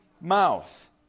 mouth